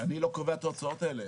אני לא קובע את ההוצאות האלה.